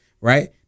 Right